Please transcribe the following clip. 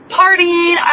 partying